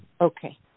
Okay